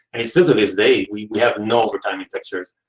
and it still to this day we we have no overtime in pictures.